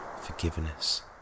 forgiveness